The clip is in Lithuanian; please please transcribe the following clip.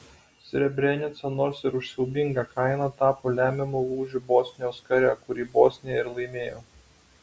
srebrenica nors ir už siaubingą kainą tapo lemiamu lūžiu bosnijos kare kurį bosnija ir laimėjo